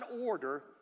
order